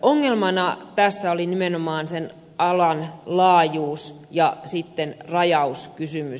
ongelmana tässä oli nimenomaan sen alan laajuus ja sitten rajauskysymys